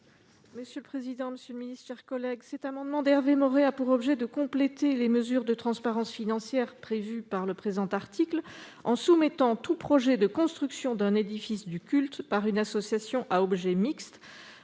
: La parole est à Mme Sylvie Vermeillet. Cet amendement d'Hervé Maurey a pour objet de compléter les mesures de transparence financière prévues par le présent article en soumettant tout projet de construction d'un édifice du culte par une association à objet mixte